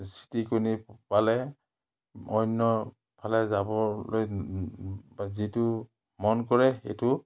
ছিটিকনি পালে অন্যফালে যাবলৈ নি যিটো মন কৰে সেইটো